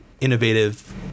innovative